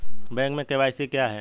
Bank में KYC क्या है?